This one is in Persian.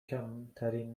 کمترین